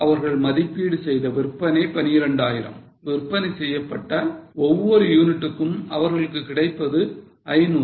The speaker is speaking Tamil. அவர்கள் மதிப்பீடு செய்த விற்பனை 12000 விற்பனை செய்யப்பட்ட ஒவ்வொரு யூனிட்டுக்கும் அவர்களுக்கு கிடைப்பது 500